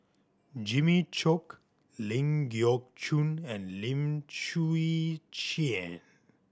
Jimmy Chok Ling Geok Choon and Lim Chwee Chian